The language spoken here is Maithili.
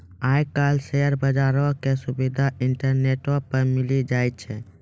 आइ काल्हि शेयर बजारो के सुविधा इंटरनेटो पे मिली जाय छै